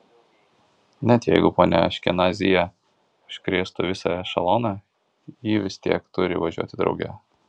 net jeigu ponia aškenazyje užkrėstų visą ešeloną ji vis tiek turi važiuoti drauge